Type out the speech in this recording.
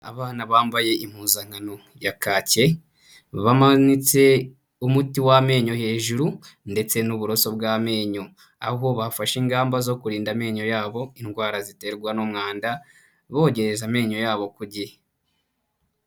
Abana bambaye impuzankano ya kake, bamanitse umuti w'amenyo hejuru ndetse n'uburoso bw'amenyo; aho bafashe ingamba zo kurinda amenyo yabo indwara ziterwa n'umwanda bogereza amenyo yabo ku gihe.